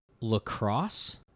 lacrosse